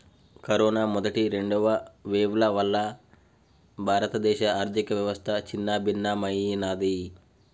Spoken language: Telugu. కరోనా మొదటి, రెండవ వేవ్ల వల్ల భారతదేశ ఆర్ధికవ్యవస్థ చిన్నాభిన్నమయ్యినాది